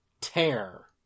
tear